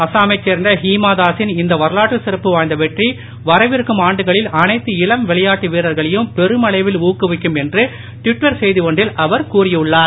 அஸ்ஸாமைச் சேர்ந்த ஹீமாதாசின் இந்த வரலாற்று சிறப்பு வாழ்ந்த வெற்றி வரவிற்கும் ஆண்டுகளில் அனைத்து இளம் விளையாட்டு வீரர்களையும் பெருமளவில் ஊக்குவிக்கும் என்று டிவிட்டர் செய்தி ஒன்றில் அவர் கூறியுன்னார்